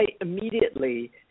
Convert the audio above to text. immediately